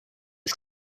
ist